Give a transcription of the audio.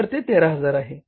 तर ते 13000 आहे